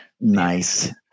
Nice